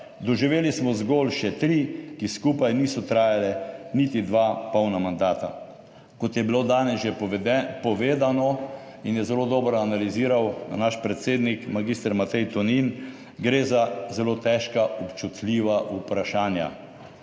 doživeli smo zgolj še tri, ki skupaj niso trajale niti dva polna mandata. Kot je bilo danes že povedano in je zelo dobro analiziral naš predsednik, magister Matej Tonin, gre za zelo težka, občutljiva vprašanja